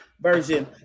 version